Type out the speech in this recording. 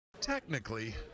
Technically